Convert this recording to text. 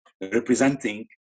representing